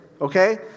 okay